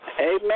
Amen